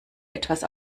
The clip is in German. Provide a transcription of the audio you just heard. etwas